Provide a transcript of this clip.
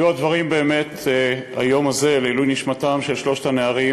יהיו הדברים היום הזה באמת לעילוי נשמתם של שלושת הנערים